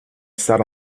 sat